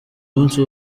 munsi